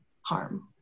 harm